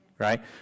right